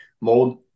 mold